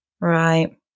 Right